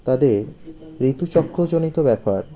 তাদের ঋতুচক্রজনিত ব্যাপার